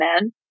men